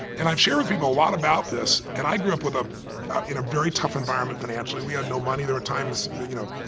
and i've shared with people a lot about this and i grew up with a, in a very tough environment financially. we had no money. there were times, you know,